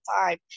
time